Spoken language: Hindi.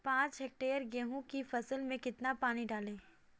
पाँच हेक्टेयर गेहूँ की फसल में कितना पानी डालें?